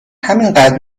همینقد